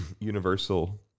universal